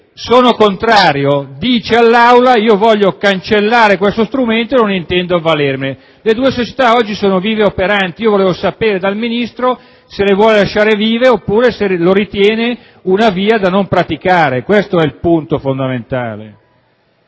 lo accoglie, dice di voler cancellare questo strumento e che non intende avvalersene. Le due società oggi sono vive e operanti. Volevo sapere dal Ministro se intende lasciarle vive o se le ritiene una via da non praticare: questo è il punto fondamentale.